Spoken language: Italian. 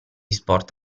sport